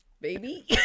baby